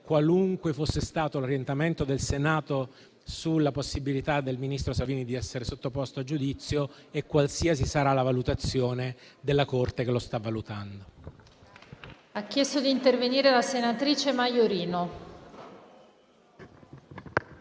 qualunque fosse stato l'orientamento del Senato sulla possibilità del ministro Salvini di essere sottoposto a giudizio e qualsiasi sarà la valutazione della Corte che lo sta valutando.